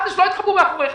שלא יתחבאו מאחוריך,